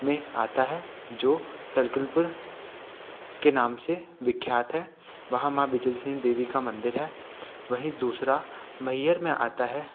में आता है जो सलकलपुर के नाम से विख्यात है वहाँ माँ विजयसिंह देवी का मंदिर है वहीं दूसरा मैहर में आता है